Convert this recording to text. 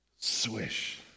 Swish